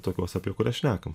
tokios apie kurias šnekam